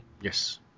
Yes